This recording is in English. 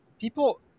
People